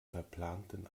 verplanten